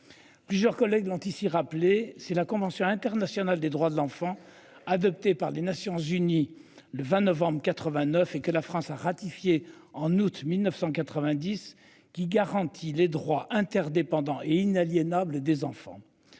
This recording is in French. Plusieurs collègues ont ici rappeler c'est la convention internationale des droits de l'enfant adopté par les Nations-Unies. Le 20 novembre 89 et que la France a ratifié en août 1990, qui garantit les droits interdépendants et inaliénable des enfants.